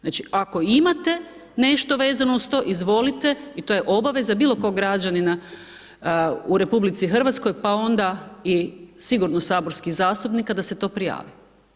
Znači ako imate nešto vezano uz to, izvolite, i to je obaveza bilo kojeg građanina u RH, pa onda i sigurno saborskih zastupnika da se to prijavi.